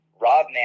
Rob